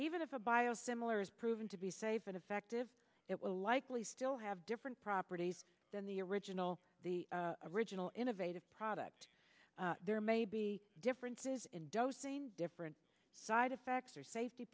even if a biosimilars proven to be safe and effective it will likely still have different properties than the original the original innovative product there may be differences in dosing different side effects or safety